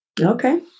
Okay